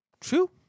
True